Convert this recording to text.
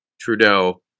trudeau